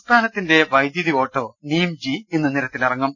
സംസ്ഥാനത്തിന്റെ വൈദ്യുതി auto Neem G ഇന്ന് നിരത്തിലിറ ങ്ങും